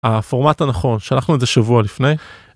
הפורמט הנכון שלחנו את זה שבוע לפני.